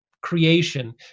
creation